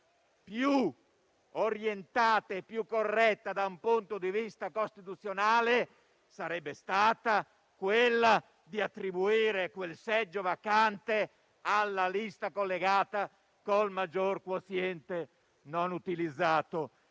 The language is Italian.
più orientata e corretta dal punto di vista costituzionale sarebbe stata quella di attribuire il seggio vacante alla lista collegata con il maggior quoziente non utilizzato.